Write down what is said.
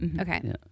okay